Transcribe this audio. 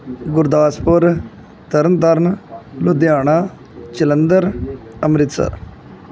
Gurdaspur Tarn Taran Ludhiana Jalandhar Amritsar